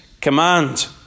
command